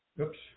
oops